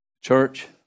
Church